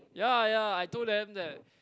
ya ya I told them that